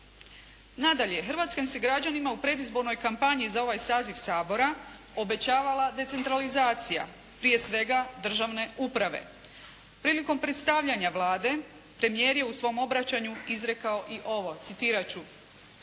Nadalje, hrvatskim se građanima u predizbornoj kampanji za ovaj saziv Sabora obećavala decentralizacija prije svega državne uprave. Prilikom predstavljanja Vlade, premijer je u svom obraćanju izrekao i ovo, citirat